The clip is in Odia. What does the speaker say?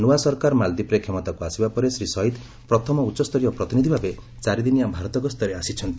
ନୂଆ ସରକାର ମାଳଦୀପରେ କ୍ଷମତାକୁ ଆସିବା ପରେ ଶ୍ରୀ ସହିତ ପ୍ରଥମ ଉଚ୍ଚସ୍ତରୀୟ ପ୍ରତିନିଧି ଭାବେ ଚାରିଦିନିଆ ଭାରତ ଗସ୍ତରେ ଆସିଚ୍ଛନ୍ତି